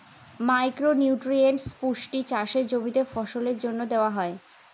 micro nutrients পুষ্টি চাষের জমিতে ফসলের জন্য দেওয়া হয়